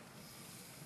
כי